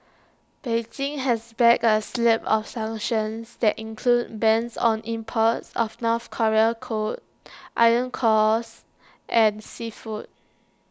Beijing has backed A slew of sanctions that include bans on imports of north Korean coal iron cores and seafood